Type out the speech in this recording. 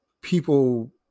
people